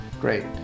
Great